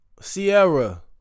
Sierra